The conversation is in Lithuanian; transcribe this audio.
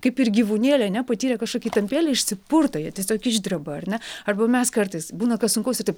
kaip ir gyvūnėliai ane patyrę kažkokią įtampėlę išsipurto jie tiesiog išdreba ar ne arba mes kartais būna kad sunkus i taip